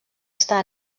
està